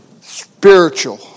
Spiritual